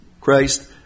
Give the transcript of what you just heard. Christ